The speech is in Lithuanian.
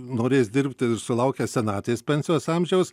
norės dirbti sulaukęs senatvės pensijos amžiaus